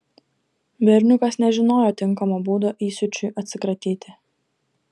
berniukas nežinojo tinkamo būdo įsiūčiui atsikratyti